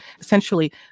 essentially